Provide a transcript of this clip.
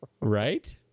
Right